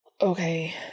Okay